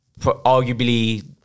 arguably